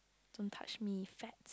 don't touch me fat